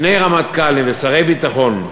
שני רמטכ"לים ושרי ביטחון,